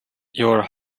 your